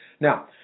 Now